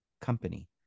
company